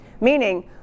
Meaning